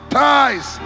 ties